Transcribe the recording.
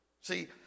See